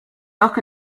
luck